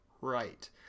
right